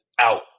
out